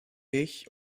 ich